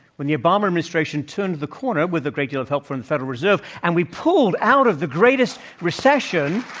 when the obama administration turned the corner with a great deal of help from the federal reserve and we pulled out of the greatest recession